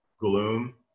gloom